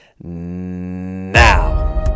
now